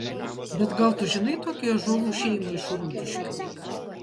bet gal tu žinai tokią ąžuolų šeimą iš rūdiškių